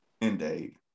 Indeed